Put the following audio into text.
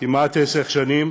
כמעט עשר שנים.